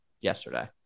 yesterday